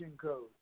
code